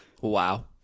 Wow